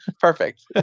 Perfect